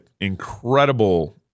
incredible